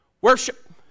Worship